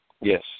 Yes